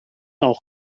auch